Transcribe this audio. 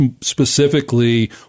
specifically